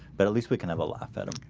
but at least we can have a lot better,